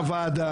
הוועדה,